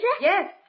Yes